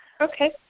Okay